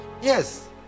yes